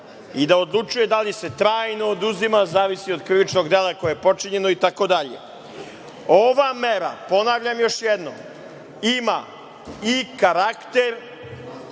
i da odlučuje da li se trajno oduzima, zavisi od krivičnog dela koje je počinjeno itd. Ova mera, ponavljam još jednom, ima i karakter